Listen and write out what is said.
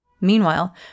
Meanwhile